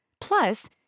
Plus